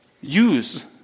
use